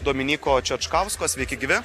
dominyko čečkausko sveiki gyvi